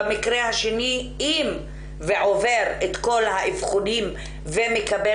במקרה השני אם הוא עובר את כל האבחונים ומקבל